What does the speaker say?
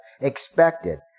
expected